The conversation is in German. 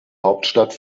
hauptstadt